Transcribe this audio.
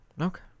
Okay